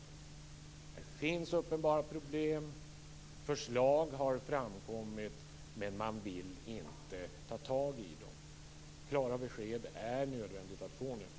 Där finns uppenbara problem, förslag har framkommit, men man vill inte ta tag i dem. Det är nödvändigt att få klara besked.